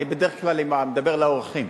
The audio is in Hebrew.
אני בדרך כלל מדבר לאורחים.